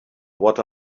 what